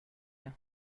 you